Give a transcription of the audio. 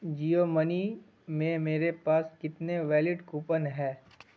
Jio money میں میرے پاس کتنے ویلڈ کوپن ہے